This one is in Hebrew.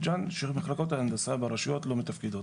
ג'אן שמחלקות ההנדסה ברשויות לא מתפקדות,